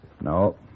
No